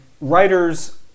Writers